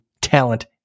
talent